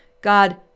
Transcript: God